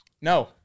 No